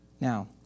Now